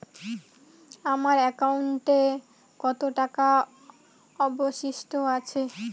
আমার একাউন্টে কত টাকা অবশিষ্ট আছে?